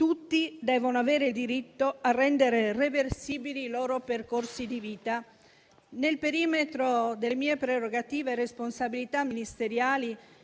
Tutti devono avere il diritto a rendere reversibili i loro percorsi di vita. Nel perimetro delle mie prerogative e responsabilità ministeriali